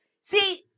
see